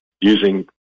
using